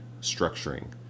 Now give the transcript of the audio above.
structuring